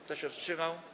Kto się wstrzymał?